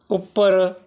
ਉੱਪਰ